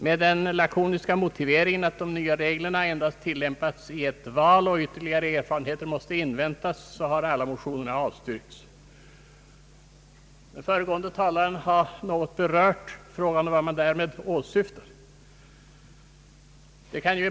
Med den lakoniska motiveringen att de nya reglerna endast tillämpats vid ett val och att ytterligare erfarenheter måste inväntas har alla motionerna avstyrkts Den föregående talaren har något berört frågan om vad konstitutionsutskottet därmed avsett.